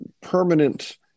permanent